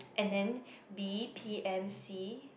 and then B p_m C